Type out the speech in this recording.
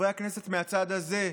חברי הכנסת מהצד הזה,